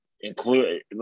Include